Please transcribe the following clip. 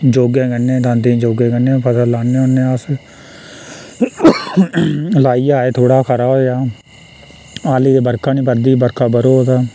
जोगै कन्नै दांदे जोगै कन्नै बी फसल लान्ने होन्ने अस लाइयै एह् थोह्ड़ा खरा होएआ अल्ली ते बरखा नी बरदी बरखा बरोग तां